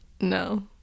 no